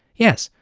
yes,